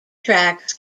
tracks